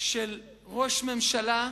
של ראש ממשלה,